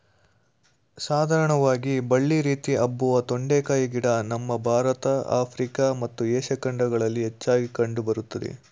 ಸಾಧಾರಣವಾಗಿ ಬಳ್ಳಿ ರೀತಿ ಹಬ್ಬುವ ತೊಂಡೆಕಾಯಿ ಗಿಡ ನಮ್ಮ ಭಾರತ ಆಫ್ರಿಕಾ ಮತ್ತು ಏಷ್ಯಾ ಖಂಡಗಳಲ್ಲಿ ಹೆಚ್ಚಾಗಿ ಕಂಡು ಬರ್ತದೆ